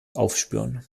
aufspüren